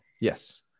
Yes